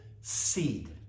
seed